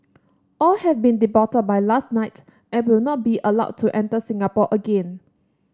all have been deported by last night and will not be allowed to enter Singapore again